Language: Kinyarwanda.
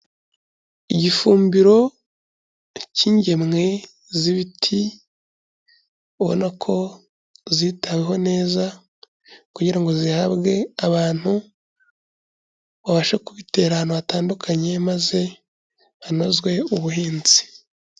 Igifumbiro cy'ingemwe z'ibiti ubona ko zitaweho neza, kugira ngo zihabwe abantu babashe kubitera ahantu hatandukanye, maze hanozwe ubuhinzi.